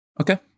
Okay